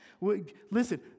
Listen